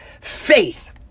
faith